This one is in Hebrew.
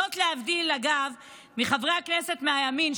זאת להבדיל מחברי הכנסת מהימין,